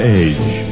age